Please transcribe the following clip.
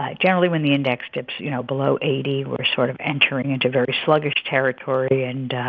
ah generally, when the index dips, you know, below eighty, we're sort of entering into very sluggish territory and,